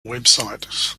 website